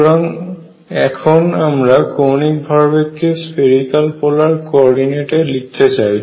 সুতরাং এখন আমরা কৌণিক ভরবেগকে স্ফেরিক্যাল পোলার কো অর্ডিনেটে লিখতে চাই